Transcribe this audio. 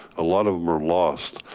a lot of them are lost.